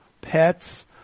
pets